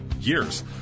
years